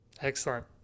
Excellent